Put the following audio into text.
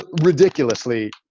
ridiculously